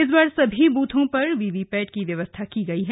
इस बार सभी ब्रथों पर वीवीपैट की व्यवस्था की जाएगी